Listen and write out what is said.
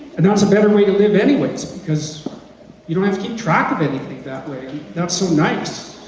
and that's a better way to live anyways because you don't have to keep track of anything that way and that's so nice.